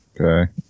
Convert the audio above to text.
Okay